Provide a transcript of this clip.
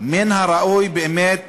מן הראוי באמת